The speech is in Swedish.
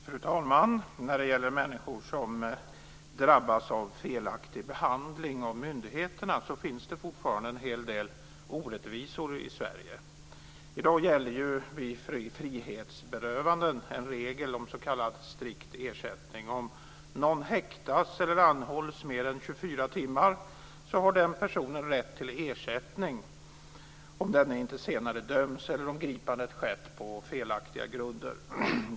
Fru talman! Det finns fortfarande en hel del orättvisor i Sverige när det gäller människor som drabbas av felaktig behandling av myndigheterna. I dag gäller en regel om s.k. strikt ersättning vid frihetsberövanden. Om någon häktas eller anhålls mer än 24 timmar har den personen rätt till ersättning om den inte senare döms eller om gripandet skett på felaktiga grunder.